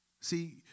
See